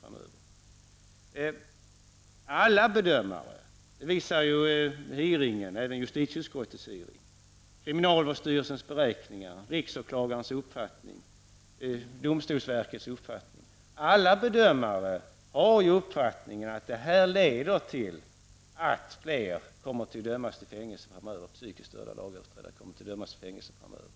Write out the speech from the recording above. Jag hänvisar till justitieutskottets hearing, kriminalvårdsstyrelsens beräkningar, riksåklagarens uppfattning och domstolsverkets uppfattning. Alla bedömare har ju uppfattningen att det här leder till att fler psykiskt störda lagöverträdare kommer att dömas till fängelse framöver.